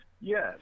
Yes